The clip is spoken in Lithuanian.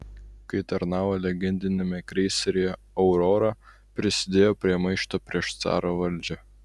kai tarnavo legendiniame kreiseryje aurora prisidėjo prie maišto prieš caro valdžią